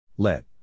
Let